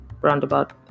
roundabout